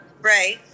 Right